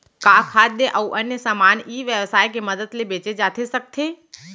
का खाद्य अऊ अन्य समान ई व्यवसाय के मदद ले बेचे जाथे सकथे?